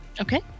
Okay